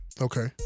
Okay